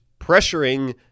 pressuring